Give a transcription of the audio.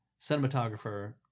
cinematographer